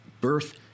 birth